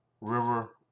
River